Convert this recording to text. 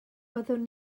byddwn